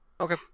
Okay